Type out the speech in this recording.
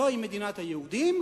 זו מדינת היהודים,